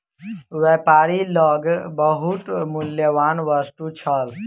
व्यापारी लग बहुत मूल्यवान वस्तु छल